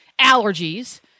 allergies